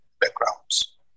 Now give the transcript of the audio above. backgrounds